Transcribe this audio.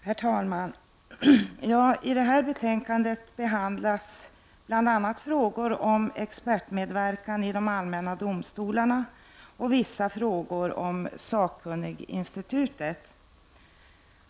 Herr talman! I detta betänkande behandlas bl.a. frågan om expertmedverkan i de allmänna domstolarna och vissa frågor om sakkunniginstitutet.